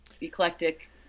eclectic